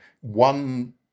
one